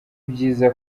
byiza